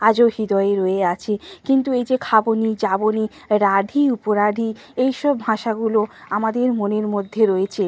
আজ হৃদয়ে রয়ে আছে কিন্তু এই যে খাবো নি যাবো নি রাঢ়ী উপরাঢ়ী এই সব ভাষাগুলো আমাদের মনের মধ্যে রয়েছে